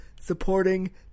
supporting